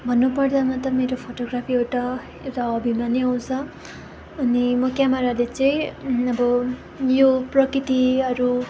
भन्नुपर्दामा त मेरो फोटोग्राफी एउटा एउटा हबीमा नै आउँछ अनि म क्यामराले चाहिँ अब यो प्रकृतिहरू